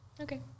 okay